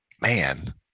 man